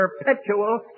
perpetual